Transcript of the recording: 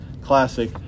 classic